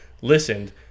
listened